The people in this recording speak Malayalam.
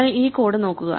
നിങ്ങൾ ഈ കോഡ് നോക്കുക